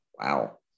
Wow